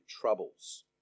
troubles